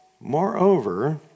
Moreover